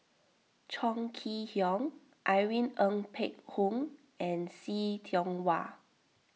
Chong Kee Hiong Irene Ng Phek Hoong and See Tiong Wah